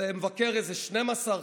מבקר איזה 12,